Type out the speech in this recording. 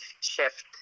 shift